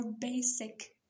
basic